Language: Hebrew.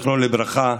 זיכרונו לברכה,